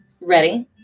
ready